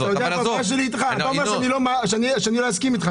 אלכס, אתה אומר שאני לא אסכים אתך.